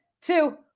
two